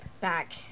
back